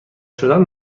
شدن